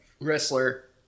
wrestler